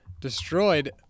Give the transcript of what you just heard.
destroyed